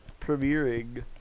premiering